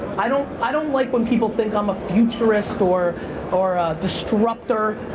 i don't i don't like when people think i'm a futurist or or a disruptor.